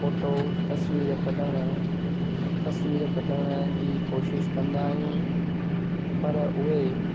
photo तस्वीर कढण तस्वीर कढण जी कोशिश कंदा आहियूं पर उहे